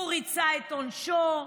הוא ריצה את עונשו,